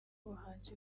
ubuhanzi